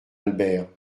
albert